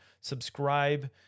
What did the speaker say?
subscribe